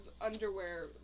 underwear